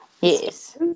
Yes